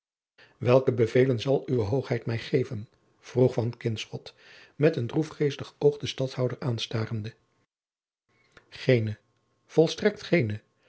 welke bevelen zal uwe hoogheid mij geven vroeg van kinschot met een droefgeestig oog den stadhouder aanstarende geene volstrekt geene